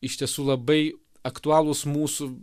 iš tiesų labai aktualūs mūsų